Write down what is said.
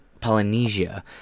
Polynesia